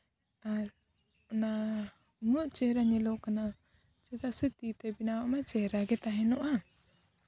ᱟᱨ ᱚᱱᱟ ᱩᱱᱟᱹᱜ ᱪᱮᱦᱨᱟ ᱧᱮᱞᱚᱜ ᱠᱟᱱᱟ ᱪᱮᱫᱟᱜ ᱥᱮ ᱛᱤ ᱛᱮ ᱵᱮᱱᱟᱣᱟᱜ ᱢᱟ ᱪᱮᱦᱨᱟ ᱜᱮ ᱛᱟᱦᱮᱱᱚᱜᱼᱟ